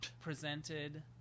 presented